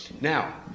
now